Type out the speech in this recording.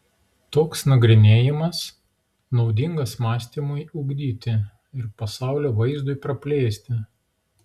toks nagrinėjimas naudingas mąstymui ugdyti ir pasaulio vaizdui praplėsti